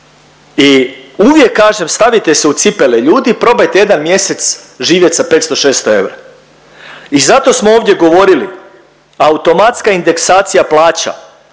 I uvijek kažem stavite se u cipele ljudi, probajte jedan mjesec živjet sa 500-600 eura. I zato smo ovdje govorili automatska indeksacija plaća,